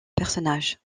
personnage